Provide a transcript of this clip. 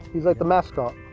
he's like the mascot.